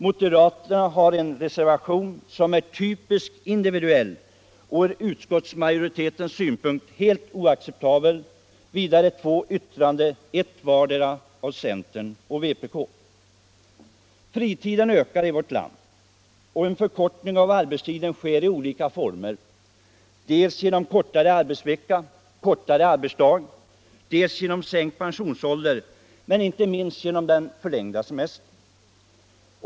Moderaterna har en reservation som är typiskt individuell och ur utskottsmajoritetens synpunkt helt oacceptabel. Vidare finns det två yttranden, ett av vardera centern och vpk. Fritiden ökar i vårt land, och en förkortning av arbetstiden sker i olika former: dels genom kortare arbetsvecka och kortare arbetsdag, dels genom sänkt pensionsålder, dels och inte minst genom den förlängda semestern.